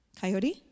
Coyote